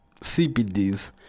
CPDs